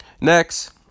Next